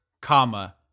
comma